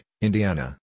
Indiana